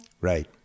Right